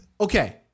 okay